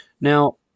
Now